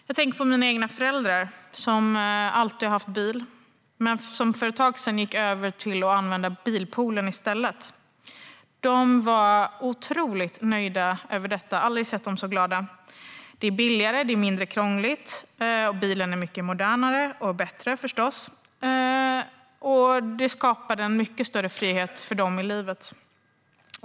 Jag tänker på mina egna föräldrar, som alltid har haft bil men för ett tag sedan gick över till att använda bilpoolen i stället. De var otroligt nöjda med detta. Jag har aldrig sett dem så glada. Det är billigare och mindre krångligt. Bilen är förstås mycket modernare och bättre. Det skapar en mycket större frihet för dem i livet.